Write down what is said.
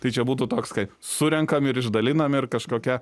tai čia būtų toks kai surenkam ir išdalinam ir kažkokia